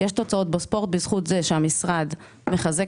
יש תוצאות בספורט בזכות זה שהמשרד מחזק